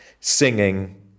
singing